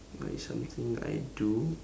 what is something I do